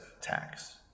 tax